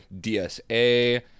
DSA